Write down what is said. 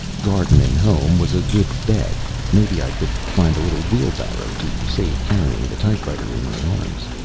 garden and home was a good bet maybe i could find a little wheelbarrow to save carrying the typewriter in my arms.